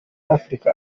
africa